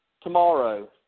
tomorrow